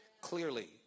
Clearly